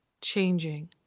changing